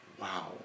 wow